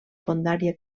fondària